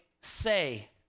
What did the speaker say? say